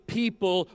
people